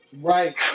right